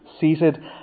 seated